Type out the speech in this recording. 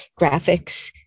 graphics